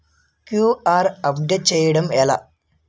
QR update చేయడం ఎలా?